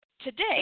Today